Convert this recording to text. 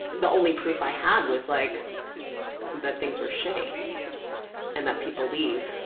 the only proof i had was like that things were shitty and that people leave